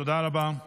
תודה רבה לך.